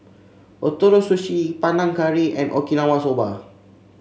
Ootoro Sushi Panang Curry and Okinawa Soba